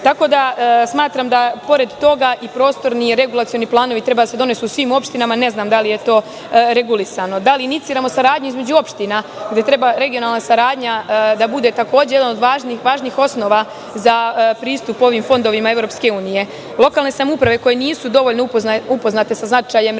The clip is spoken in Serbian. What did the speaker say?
države. Smatramo da pored toga i prostorni i regulacioni planovi treba da se donesu u svim opštinama. Ne znam da li je to regulisano. Da li iniciramo saradnju između opština gde treba regionalna saradnja da bude takođe jedan od važnih osnova za pristup ovim fondovima EU. Lokalne samouprave koje nisu dovoljno upoznate sa značajem